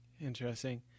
Interesting